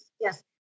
Yes